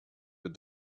with